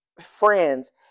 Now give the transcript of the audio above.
friends